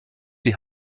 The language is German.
die